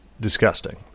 Disgusting